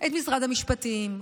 את משרד המשפטים,